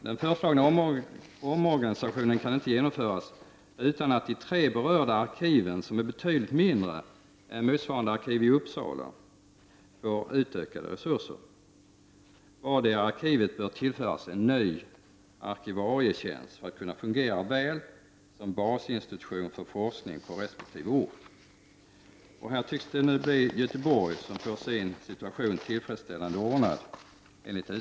Den föreslagna omorganisationen kan inte genomföras utan att de tre berörda arkiven, som är betydligt mindre än motsvarande arkiv i Uppsala, får utökade resurser. Vardera arkivet bör tillföras en ny arkivarietjänst för att kunna fungera väl som basinstitution för forskning på resp. ort. Det tycks bli Göteborg som enligt utskottet får sin situation tillfredsställande ordnad.